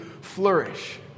flourish